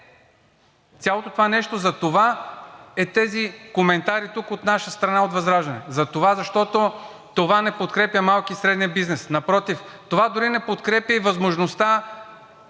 Цялото това нещо – затова са тези коментари тук от наша страна – от ВЪЗРАЖДАНЕ, защото това не подкрепя малкия и средния бизнес. Напротив, това дори не подкрепя и възможността